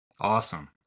Awesome